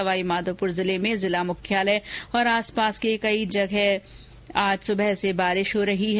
सवाईमाधोपुर जिले में जिला मुख्यालय और आस पास कई जगह सुबह से बारिश हो रही है